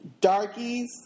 Darkies